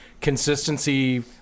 consistency